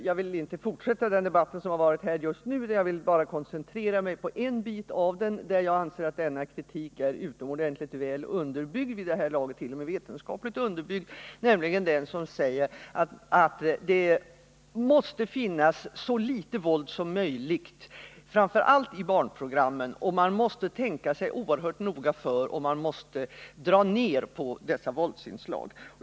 Jag vill inte fortsätta den debatt som har förts här just nu, utan jag vill koncentrera mig på enbart en bit av den, där jag anser att denna kritik är 57 utomordentligt väl underbyggd — vid det här laget t.o.m. vetenskapligt underbyggd — nämligen den som säger att det måste finnas så litet av våld som möjligt, framför allt i barnprogrammen, att man i sådana sammanhang måste tänka sig oerhört noga för och att man måste dra ner på dessa våldsinslag.